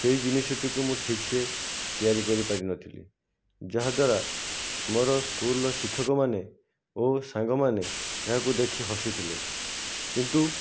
ସେହି ଜିନିଷଟିକୁ ମୁଁ ଠିକ୍ସେ ତିଆରି କରିପାରି ନଥିଲି ଯାହାଦ୍ୱାରା ମୋର ସ୍କୁଲର ଶିକ୍ଷକମାନେ ଓ ସାଙ୍ଗମାନେ ଏହାକୁ ଦେଖି ହସିଥିଲେ କିନ୍ତୁ